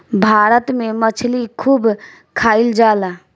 भारत में मछली खूब खाईल जाला